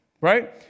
Right